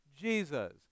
Jesus